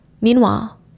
Meanwhile